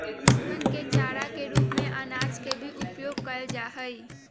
पशुअन के चारा के रूप में अनाज के भी उपयोग कइल जाहई